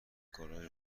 گاراژ